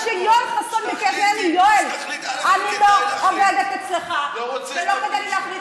אני לא עובדת אצלך ולא בא לי להחליט,